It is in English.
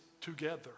together